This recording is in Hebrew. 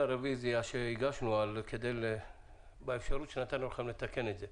הרביזיה שהגשנו בנוגע לאפשרות שנתנו לכם לתקן את זה.